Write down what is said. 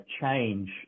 change